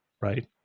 right